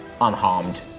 unharmed